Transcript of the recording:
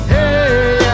Hey